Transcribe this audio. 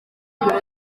mbere